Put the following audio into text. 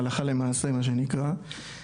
הלכה למעשה מה שנקרא,